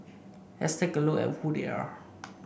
let's take a look at who they are